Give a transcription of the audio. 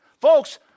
Folks